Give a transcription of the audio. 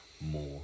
more